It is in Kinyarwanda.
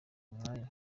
mwanya